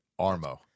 Armo